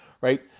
right